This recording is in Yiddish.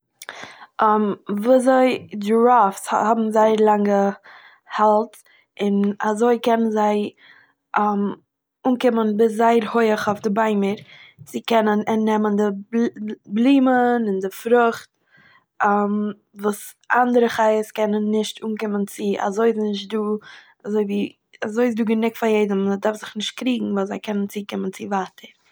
וויזוי גיראפ'ס האבן זייער לאנגע האלדז און אזוי קענען זיי אנקומען ביז זייער הויך אויף די ביימער צו קענען נעמען די בל- בלימען און דער פרוכט וואס אנדערע חיות קענען נישט אנקומען צו, אזוי איז נישט דא אזוי ווי אזוי איז דא גענוג פאר יעדעם מ'דארף זיך נישט קריגן ווייל זיי קענען צוקומען צו ווייטער.